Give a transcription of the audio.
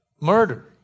Murder